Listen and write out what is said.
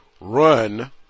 Run